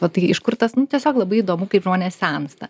va tai iš kur tas nu tiesiog labai įdomu kaip žmonės sensta